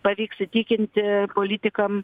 pavyks įtikinti politikam